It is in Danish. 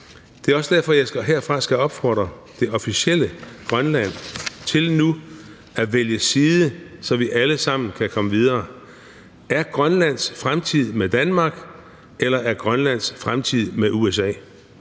Det er også derfor, at jeg herfra skal opfordre det officielle Grønland til nu at vælge side, så vi alle sammen kan komme videre: Er Grønlands fremtid med Danmark, eller er Grønlands fremtid med USA?